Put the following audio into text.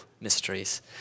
mysteries